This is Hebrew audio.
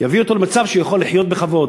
יבוא אותו למצב שהוא יכול לחיות בכבוד.